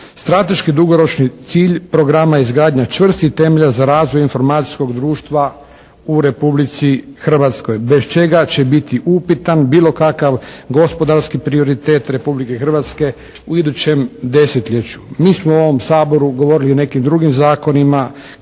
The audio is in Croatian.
Strateški dugoročni cilj programa izgradnja čvrstih temelja za razvoj informacijskog društva u Republici Hrvatskoj bez čega će biti upitan bilo kakav gospodarski prioritet Republike Hrvatske u idućem desetljeću. Mi smo u ovom Saboru govorili o nekim drugim zakonima